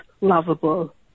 lovable